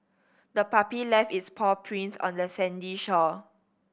the puppy left its paw prints on the sandy shore